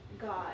God